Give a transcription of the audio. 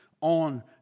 On